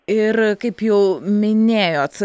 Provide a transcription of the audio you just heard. ir kaip jau minėjot